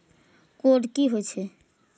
Code की होय छै?